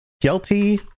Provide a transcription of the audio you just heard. guilty